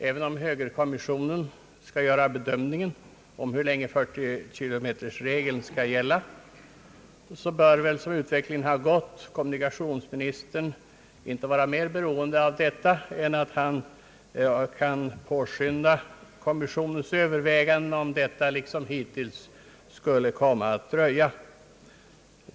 Även om högertrafikkommissionen skall bedöma hur länge 40-kilometersregeln skall gälla, bör — som utvecklingen har gått — kommunikationsministern inte vara mera beroende av denna bedömning än att han kan påskynda kommissionens överväganden, om ett avgörande, liksom hittills, skulle komma att dröja.